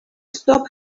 stop